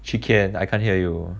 chee ken I can't hear you